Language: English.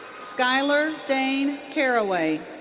skylar dane caraway.